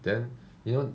then you know